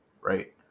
right